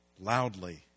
loudly